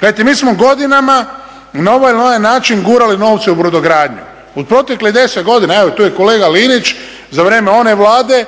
Gledajte, mi smo godinama na ovaj ili onaj način gurali novce u brodogradnju. U proteklih 10 godina, evo tu je i kolega Linić, za vrijeme one Vlade